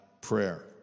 prayer